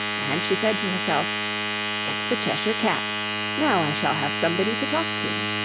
and she said to herself it's the cheshire cat now i shall have somebody to talk to